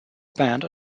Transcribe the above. band